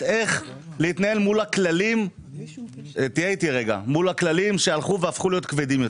איך להתנהל מול הכללים שהלכו והפכו להיות כבדים יותר.